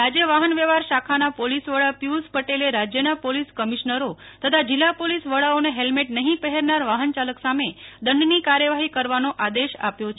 રાજય વાહન વ્યવહાર શાખાના પોલીસ વડા પિયુ ષ પટેલે રાજ્યના પોલીસ કમીશ્નરો તથા જીલ્લા પોલીસ વડાઓને હેલ્મેટ નહી પહેરનાર વાહન યાલક સામે દંડની કાર્યવાહી કરવાનો આદેશ આપ્યો છે